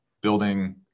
building